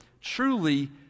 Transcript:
truly